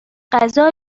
غذا